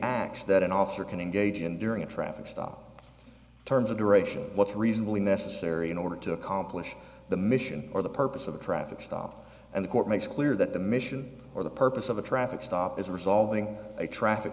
acts that an officer can engage in during a traffic stop terms of duration what's reasonably necessary in order to accomplish the mission or the purpose of a traffic stop and the court makes clear that the mission or the purpose of a traffic stop is a resolving a traffic